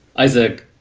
isaac,